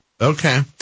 Okay